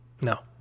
No